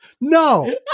No